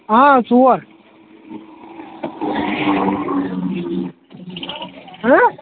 آ ژور ہا